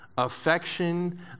Affection